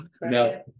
No